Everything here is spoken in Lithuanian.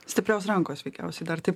stiprios rankos veikiausiai dar taip